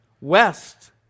west